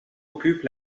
occupe